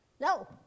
No